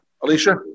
Alicia